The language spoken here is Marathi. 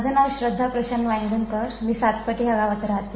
माझं नाव श्रद्धा प्रशांत वायगंणकर मी सातपाडी या गावात राहते